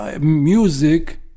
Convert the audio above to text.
music